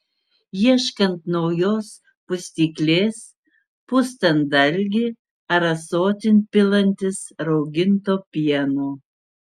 ieškant naujos pustyklės pustant dalgį ar ąsotin pilantis rauginto pieno